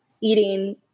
eating